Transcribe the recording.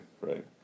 right